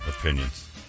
opinions